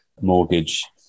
mortgage